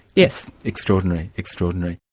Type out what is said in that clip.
yes. extraordinary, extraordinary.